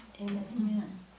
Amen